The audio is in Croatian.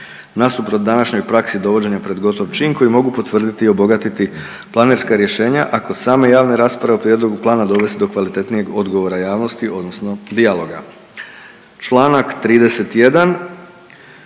nasuprot današnjoj praksi dovođenja pred gotov čin koji mogu potvrditi i obogatiti planerska rješenja ako same javne rasprave o prijedlogu plana dovesti do kvalitetnijeg odgovora javnosti odnosno dijaloga. Članak 31.